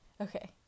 Okay